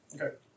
Okay